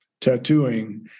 tattooing